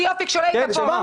הסברתי יופי כשלא היית פה, רם.